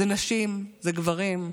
אלה נשים, אלה גברים,